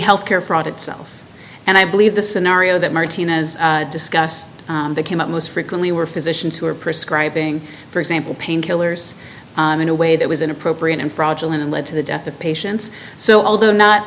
health care fraud itself and i believe the scenario that martinez discussed they came up most frequently were physicians who were prescribing for example pain killers in a way that was inappropriate and fraudulent and led to the death of patients so although not